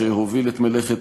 גם למעסיק.